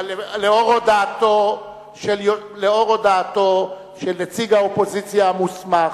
לאור הודעתו של נציג האופוזיציה המוסמך,